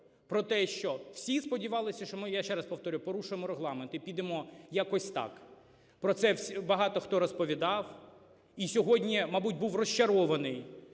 про те, що всі сподівалися, що, я ще раз повторюю, порушуємо Регламент і підемо якось так. Про це багато хто розповідав. І сьогодні, мабуть, був розчарований,